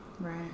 Right